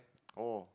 oh